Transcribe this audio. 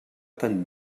tan